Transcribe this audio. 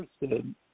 interested